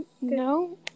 No